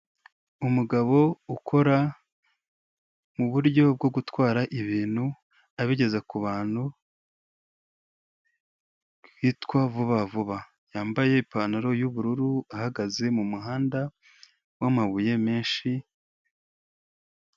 Umugabo ukora muburyo bwo gutwara ibintu abigeza kubantu, hitwa vuba vuba, yambaye ipantaro y'ubururu ahagaze mu muhanda wamabuye menshi.